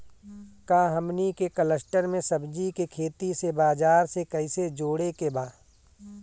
का हमनी के कलस्टर में सब्जी के खेती से बाजार से कैसे जोड़ें के बा?